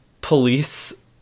police